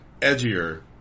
edgier